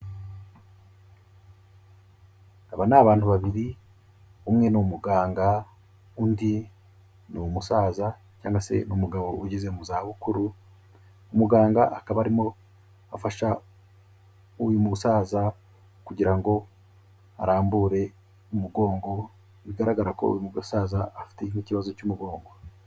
Aba ni abantu babiri, umwe ni umuganga, undi ni umusaza cyangwa se ni umugabo ugeze mu zabukuru, umuganga akaba arimo afasha uyu musaza kugira ngo arambure umugongo, bigaragara ko uyu musaza afite nk'ikibazo cy'umugongo.